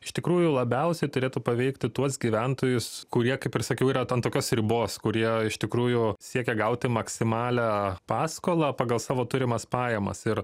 iš tikrųjų labiausiai turėtų paveikti tuos gyventojus kurie kaip ir sakiau yra ant tokios ribos kurie iš tikrųjų siekia gauti maksimalią paskolą pagal savo turimas pajamas ir